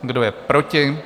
Kdo je proti?